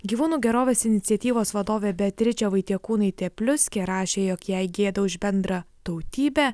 gyvūnų gerovės iniciatyvos vadovė beatričė vaitiekūnaitė pliuskė rašė jog jai gėda už bendrą tautybę